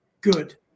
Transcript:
good